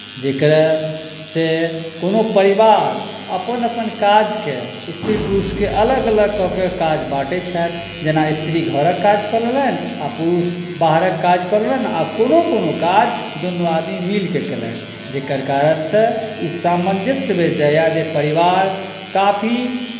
जकरासँ कोनो परिवार अपन अपन काजकेँ स्त्री पुरुषकेँ अलग अलग कऽ के काज बाँटै छथि जेना स्त्री घरक काज कऽ लेलनि आ पुरुष बाहरक काज कऽ लेलनि आ कोनो कोनो काज दुनू आदमी मिलके केलनि जकर कारणसँ ई सामञ्जस्य बैसि जाइए जे परिवार काफी